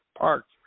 parks